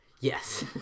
Yes